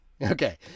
Okay